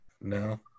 No